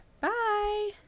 Bye